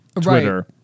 twitter